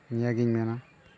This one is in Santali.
ᱱᱤᱭᱟᱹ ᱜᱮᱧ ᱢᱮᱱᱟ